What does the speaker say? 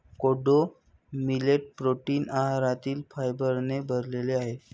कोडो millet protein आहारातील फायबरने भरलेले आहे